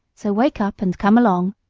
so wake up and come along.